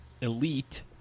Elite